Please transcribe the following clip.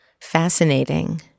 fascinating